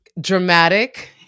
dramatic